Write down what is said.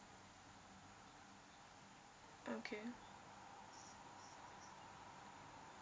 okay